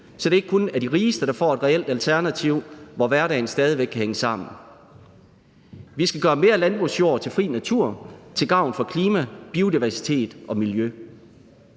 så det ikke kun er de rigeste, der får et reelt alternativ, og så hverdagen stadig væk kan hænge sammen. Vi skal gøre mere landbrugsjord til fri natur til gavn for klima, biodiversitet og miljø.